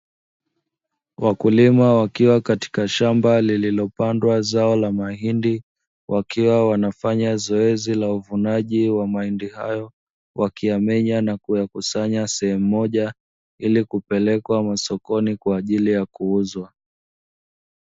Wakulima wakiwa katika shamba lililopandwa zao la mahindi, wakiwa wanafanya zoezi la uvunaji wa mahindi hayo, wakiyamenya na kuyakusanya sehemu moja ili kupelekwa masokoni kwa ajili ya kuuzwa.